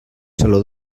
saló